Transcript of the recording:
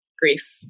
grief